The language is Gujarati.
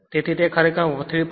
તેથી તે ખરેખર 3